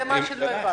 זה מה שלא הבנתי.